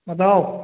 बताओ